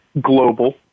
global